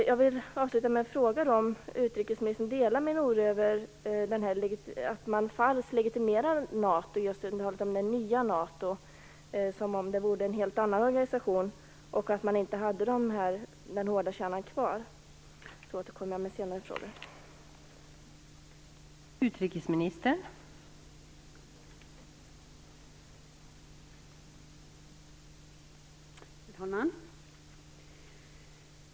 Jag vill avsluta med att fråga om utrikesministern delar min oro över att man legitimerar NATO på ett falskt sätt. Man talar om det nya NATO som om det vore en helt ny organisation och som om den hårda kärnan inte fanns kvar. Jag återkommer med fler frågor senare.